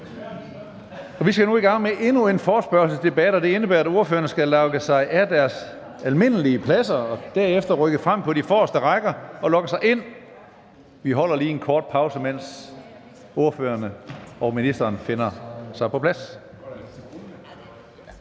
Vi skal nu i gang med endnu en forespørgselsdebat, og det indebærer, at ordførerne skal logge sig af deres almindelige pladser og derefter rykke frem på de forreste rækker og logge sig ind. Vi holder lige en kort pause, mens ordførerne og ministeren kommer på plads.